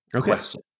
question